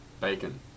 Bacon